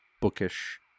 bookish